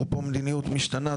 רפרופו מדיניות משתנה,